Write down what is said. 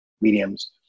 mediums